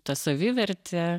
ta savivertė